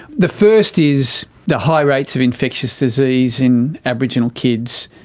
the first is the high rates of infectious disease in aboriginal kids,